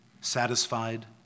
satisfied